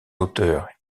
auteurs